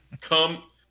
Come